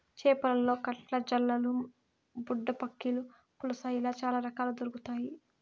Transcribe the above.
చేపలలో కట్ల, జల్లలు, బుడ్డపక్కిలు, పులస ఇలా చాల రకాలు దొరకుతాయి